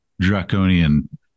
draconian